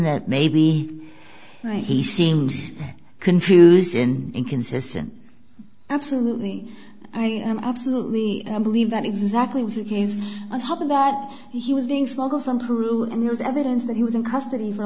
that may be right he seems confusing an inconsistent absolutely i absolutely believe that exactly was the case on top of that he was being smuggled from peru and there is evidence that he was in custody for